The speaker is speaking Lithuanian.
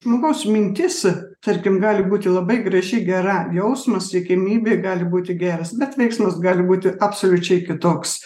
žmogaus mintis tarkim gali būti labai graži gera jausmas siekiamybė gali būti geras bet veiksmas gali būti absoliučiai kitoks